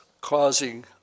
causing